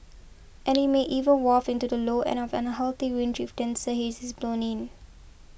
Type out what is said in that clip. and it may even waft into the low end of the unhealthy range if denser haze is blown in